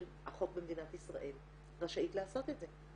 החוק במדינת ישראל רשאית לעשות את זה.